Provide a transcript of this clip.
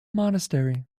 monastery